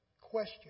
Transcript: Question